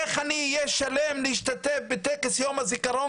איך אני אהיה שלם להשתתף בטקס יום הזיכרון